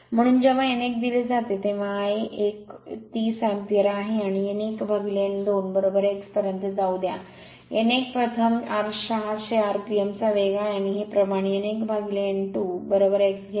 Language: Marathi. म्हणून जेव्हा n 1 दिले जाते तेव्हा Ia1 30 अँपेयर आहे आणि n 1 n 2 x पर्यंत जाऊ द्या एन 1 प्रथम 600 rpm चा वेग आहे आणि हे प्रमाण n 1 n 2 x घेते